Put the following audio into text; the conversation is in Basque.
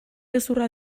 gezurra